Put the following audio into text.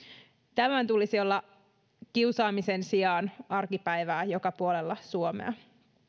tämän tulisi olla kiusaamisen sijaan arkipäivää joka puolella suomea